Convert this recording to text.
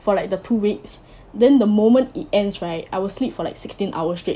for like the two weeks then the moment it ends right I will sleep for like sixteen hours straight